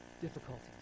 difficulties